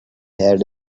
had